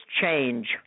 change